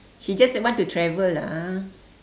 she just want to travel lah